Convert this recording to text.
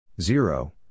zero